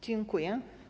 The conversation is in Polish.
Dziękuję.